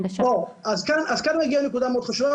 אז כאן אני מגיע לנקודה מאוד חשובה,